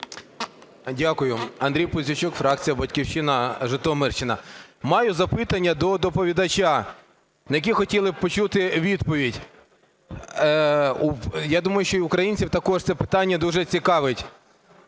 Дякую. Андрій Пузійчук, фракція "Батьківщина", Житомирщина. Маю запитання до доповідача, на яке хотіли би почути відповідь. Я думаю, що й українців також це питання дуже цікавить.